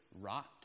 rot